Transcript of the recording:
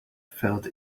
felt